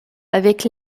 avec